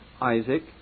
Isaac